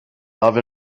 love